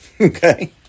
Okay